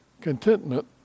contentment